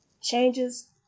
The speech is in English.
changes